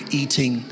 eating